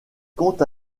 compte